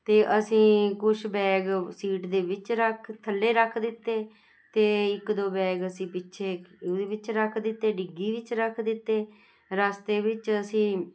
ਅਤੇ ਅਸੀਂ ਕੁਛ ਬੈਗ ਸੀਟ ਦੇ ਵਿੱਚ ਰੱਖ ਥੱਲੇ ਰੱਖ ਦਿੱਤੇ ਅਤੇ ਇੱਕ ਦੋ ਬੈਗ ਅਸੀਂ ਪਿੱਛੇ ਉਹਦੇ ਵਿੱਚ ਰੱਖ ਦਿੱਤੇ ਡਿੱਗੀ ਵਿੱਚ ਰੱਖ ਦਿੱਤੇ ਰਸਤੇ ਵਿੱਚ ਅਸੀਂ